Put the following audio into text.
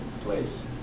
place